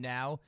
now